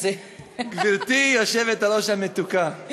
גברתי היושבת-ראש המתוקה,